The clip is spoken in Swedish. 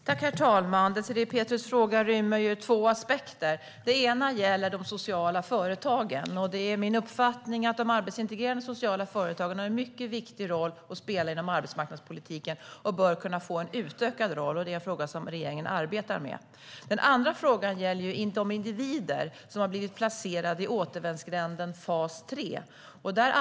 Herr talman! Désirée Pethrus fråga rymmer två aspekter. Den ena gäller de sociala företagen. Det är min uppfattning att de arbetsintegrerade sociala företagen har en mycket viktig roll att spela inom arbetsmarknadspolitiken och bör kunna få en utökad roll, och det är en fråga som regeringen arbetar med. Den andra gäller de individer som har blivit placerade i återvändsgränden fas 3.